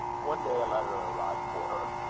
one day a letter arrived for her.